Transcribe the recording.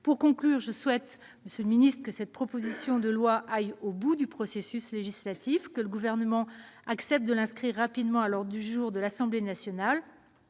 Pour conclure, je souhaite, monsieur le ministre, que cette proposition de loi aille au bout du processus législatif. Espérons que le Gouvernement accepte de l'inscrire rapidement à l'ordre du jour de l'Assemblée nationale